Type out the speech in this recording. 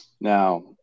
Now